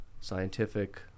scientific